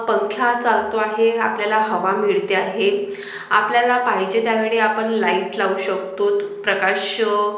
पंखा चालतो आहे आपल्याला हवा मिळते आहे आपल्याला पाहिजे त्या वेळी आपण लाइट लावू शकतोत प्रकाश